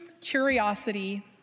curiosity